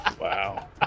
Wow